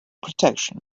protection